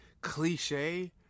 cliche